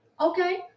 Okay